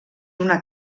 una